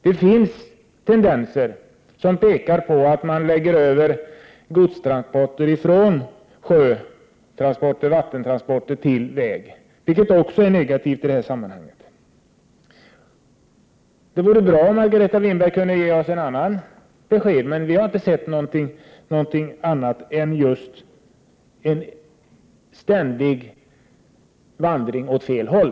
Det finns tendenser som tyder på att man lägger över gods från sjötransporter till vägtransporter, vilket också är negativt i det här sammanhanget. Det vore bra om Margareta Winberg kunde ge oss andra besked, men vi har inte sett något annat än just en ständig vandring åt fel håll.